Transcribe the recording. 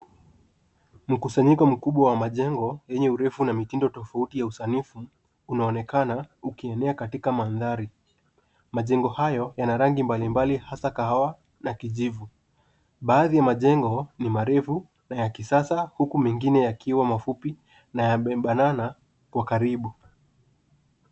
Mkusanyiko mkubwa wa majengo yenye urefu na mitindo tofauti ya usanifu unaonekana ukienea katika mandhari. Majengo hayo yana rangi mbalimbali hasa kahawa na kijivu. Baadhi ya majengo ni marefu na ya kisasa huku mengine yakiwa mafupi na yamebanana kwa karibu.